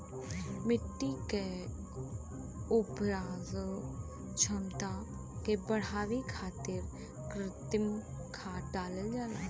मट्टी के उपराजल क्षमता के बढ़ावे खातिर कृत्रिम खाद डालल जाला